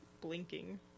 blinking